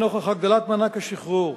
לנוכח הגדלת מענק השחרור,